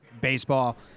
baseball